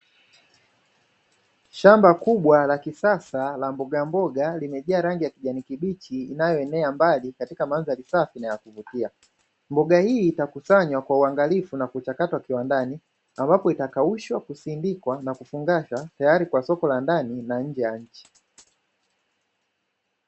Shamba kubwa la kisasa la mbogamboga limejaa rangi ya kijani kibichi inayoenea mbali katika mandhari safi na yakuvutia. Mboga hii inakusanywa kwa uangalifu na kuchakatwa kiwandani ambapo itakaushwa, kusindikwa na kufungashwa tayari kwa soko la ndani na nje ya nchi.